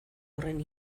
horren